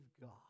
God